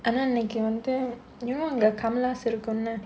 ஆனா அன்னைக்கு வந்து:aanaa annaikku vandhu you know அங்க:anga Komala's இருக்கும்ல:irukkumla